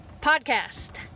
Podcast